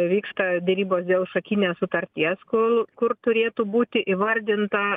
vyksta derybos dėl šakinės sutarties ku kur turėtų būti įvardinta